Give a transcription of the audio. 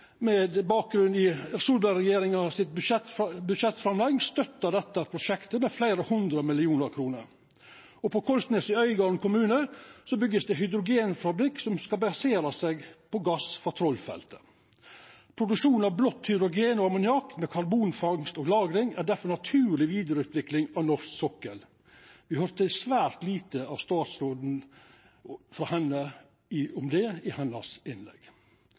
med bakgrunn i budsjettframlegget frå Solberg-regjeringa støttar dette prosjektet med fleire hundre millionar kroner. På Kollsnes i Øygarden kommune byggjast det ein hydrogenfabrikk som skal basera seg på gass frå Troll-feltet. Produksjon av blått hydrogen og blå amoniakk med karbonfangst og lagring er difor ei naturleg vidareutvikling av norsk sokkel. Me høyrde svært lite om dette frå statsråden i innlegget hennar. Sjølv om det i